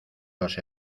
los